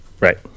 Right